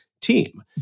team